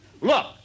Look